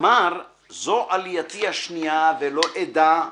// אמר: זו עלייתי השנייה ולא אדע /